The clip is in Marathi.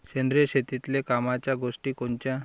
सेंद्रिय शेतीतले कामाच्या गोष्टी कोनच्या?